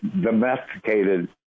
domesticated